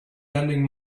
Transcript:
lending